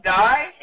die